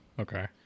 Okay